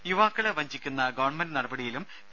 രുമ യുവാക്കളെ വഞ്ചിക്കുന്ന ഗവൺമെന്റ് നടപടിയിലും പി